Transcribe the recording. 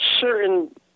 certain